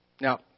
Now